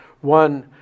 One